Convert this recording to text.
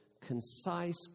concise